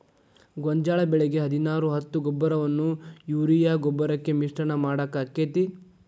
ಗೋಂಜಾಳ ಬೆಳಿಗೆ ಹದಿನಾರು ಹತ್ತು ಗೊಬ್ಬರವನ್ನು ಯೂರಿಯಾ ಗೊಬ್ಬರಕ್ಕೆ ಮಿಶ್ರಣ ಮಾಡಾಕ ಆಕ್ಕೆತಿ?